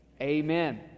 Amen